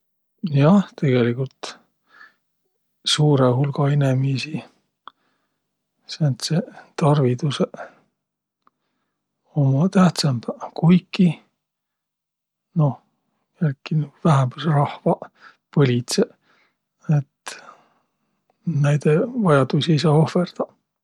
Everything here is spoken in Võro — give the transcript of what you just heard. Jah, tegeligult, suurõ hulga inemiisi sääntseq tarvidusõq ummaq tähtsämbäq, kuiki noh, jälki nuuq vähämbüsrahvaq, põlidsõq, et näide vajaduisi ei saaq ohvõrdaq.